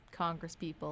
congresspeople